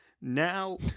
Now